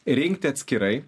rinkti atskirai